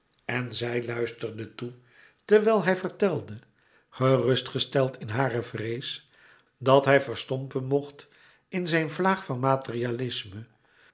en zij luisterde toe terwijl hij vertelde gerustgesteld in hare vrees dat hij verstompen mocht in zijn vaag van materialisme